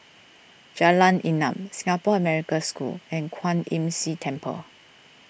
Jalan Enam Singapore American School and Kwan Imm See Temple